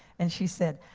and she said,